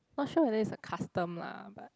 not sure whether is a custom lah but